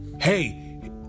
Hey